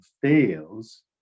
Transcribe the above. fails